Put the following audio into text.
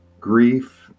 grief